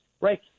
right